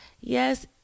yes